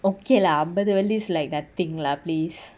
okay lah but at least like that thing lah please